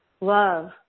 love